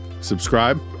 subscribe